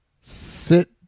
sit